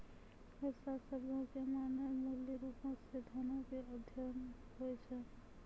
अर्थशास्त्र शब्दो के माने मूलरुपो से धनो के अध्ययन होय छै